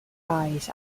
eyes